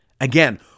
Again